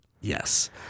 Yes